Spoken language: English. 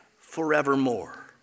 forevermore